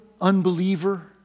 unbeliever